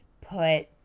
put